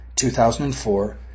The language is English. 2004